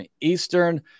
Eastern